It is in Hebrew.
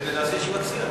ונעשה ישיבת סיעה.